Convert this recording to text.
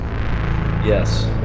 Yes